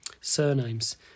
surnames